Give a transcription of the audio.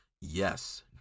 Yes